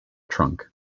trunk